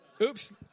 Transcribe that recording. Oops